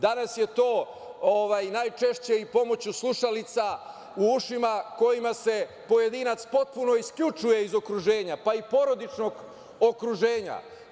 Danas je to najčešće i pomoću slušalica u ušima kojima se pojedinac potpuno isključuje iz okruženja, pa i porodičnog okruženja.